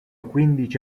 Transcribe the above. quindici